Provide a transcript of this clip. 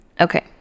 Okay